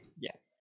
Yes